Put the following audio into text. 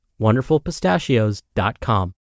wonderfulpistachios.com